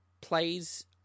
plays